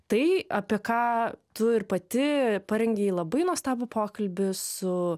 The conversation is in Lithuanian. tai apie ką tu ir pati parengei labai nuostabų pokalbį su